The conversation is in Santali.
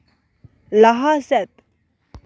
ᱞᱟᱦᱟ ᱥᱮᱫ